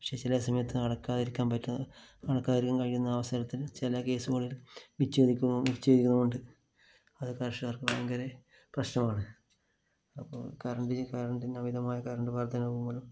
പക്ഷെ ചില സമയത്ത് അടയ്ക്കാതിരിക്കാന് പറ്റുന്ന അടയ്ക്കാതിരിക്കാന് കഴിയുന്ന അവസരത്തില് ചില കേസുകളില് വിച്ഛേദിക്കുന്ന വിച്ഛേദിക്കുന്നത് കൊണ്ട് അത് കര്ഷകര്ക്ക് ഭയങ്കര പ്രശ്നമാണ് അപ്പോള് കറണ്ട് കറണ്ടിന്റെ അമിതമായ കറണ്ട് വര്ദ്ധനവ് മൂലം